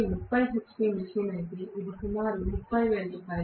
ఇది 30 hp machine అయితే ఇది సుమారు రూ